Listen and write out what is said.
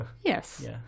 Yes